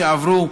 שעברו,